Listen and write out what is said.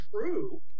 true